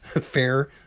fair